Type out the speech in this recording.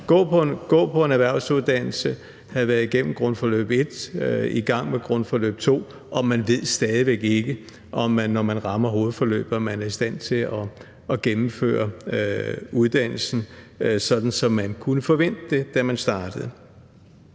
gået på en erhvervsuddannelse, have været igennem grundforløbets 1. del, være i gang med grundforløbets 2. del, og man så stadig ikke ved, om man, når man rammer hovedforløbet, er i stand til at gennemføre uddannelsen, sådan som man kunne forvente det, da man startede.